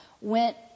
went